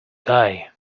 guy